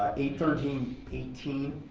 ah eight thirteen eighteen,